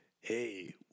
hey